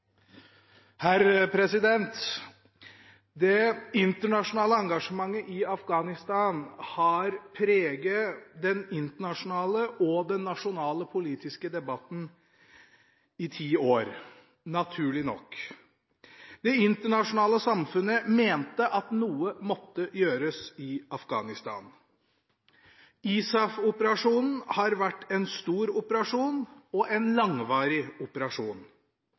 anses vedtatt. Det internasjonale engasjementet i Afghanistan har preget den internasjonale og den nasjonale politiske debatten i ti år – naturlig nok. Det internasjonale samfunnet mente at noe måtte gjøres i Afghanistan. ISAF-operasjonen har vært en stor operasjon og en langvarig operasjon.